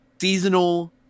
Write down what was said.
seasonal